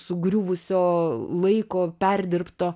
sugriuvusio laiko perdirbto